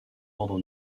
ordre